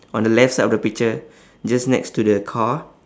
on the left side of the picture just next to the car